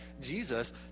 Jesus